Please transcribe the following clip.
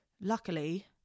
luckily